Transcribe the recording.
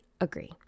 agree